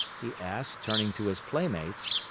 he asked, turning to his playmates.